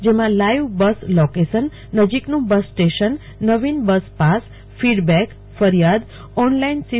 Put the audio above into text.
જેમાં live bus location નજીકનું bus રટેશન નવીન બસ પાસ ફીડ બેક ફરીયાદ ઓનલાઈન સી